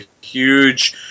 huge